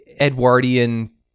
Edwardian